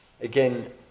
again